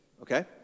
okay